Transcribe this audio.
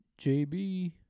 JB